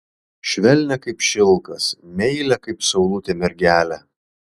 švelnią kaip šilkas meilią kaip saulutė mergelę